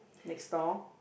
next store